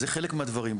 זה חלק מהדברים.